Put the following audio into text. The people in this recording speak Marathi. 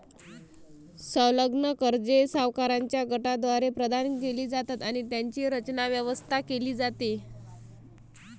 संलग्न कर्जे सावकारांच्या गटाद्वारे प्रदान केली जातात आणि त्यांची रचना, व्यवस्था केली जाते